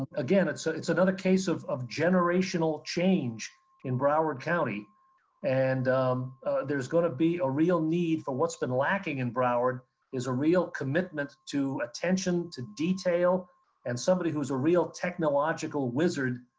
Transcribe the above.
again, it's so it's another case of of generational change in broward county and there's gonna be a real need for what's been lacking in broward is a real commitment to attention to detail and somebody who's a real technological wizard.